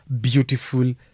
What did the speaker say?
beautiful